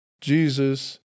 Jesus